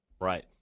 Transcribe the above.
Right